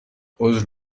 عذر